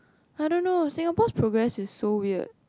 I don't know Singapore progress is so weird